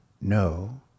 no